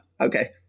Okay